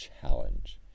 challenge